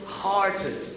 hearted